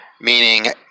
meaning